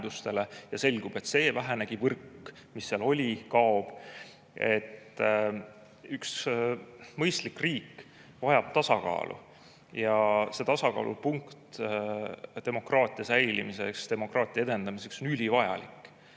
selgub, et see vähenegi võrk, mis seal oli, kaob. Mõistlik riik vajab tasakaalu. See tasakaalupunkt on demokraatia säilimiseks, demokraatia edendamiseks ülivajalik.